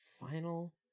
final